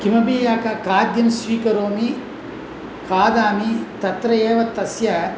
किमपि एक काद्यं स्वीकरोमि कादामि तत्र एव तस्य